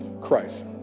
Christ